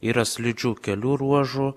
yra slidžių kelių ruožų